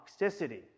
toxicity